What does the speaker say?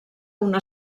una